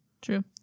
True